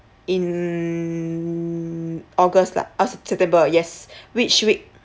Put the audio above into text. in august lah uh september yes which week